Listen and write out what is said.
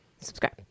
subscribe